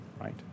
right